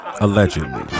allegedly